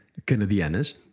Canadianas